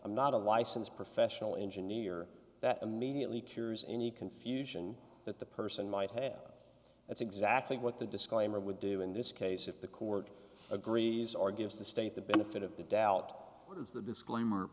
i'm not a licensed professional engineer that immediately cures any confusion that the person might have that's exactly what the disclaimer would do in this case if the court agrees or gives the state the benefit of the doubt the disclaimer